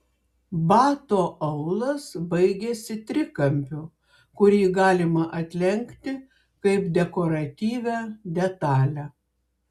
bato aulas baigiasi trikampiu kurį galima atlenkti kaip dekoratyvią detalę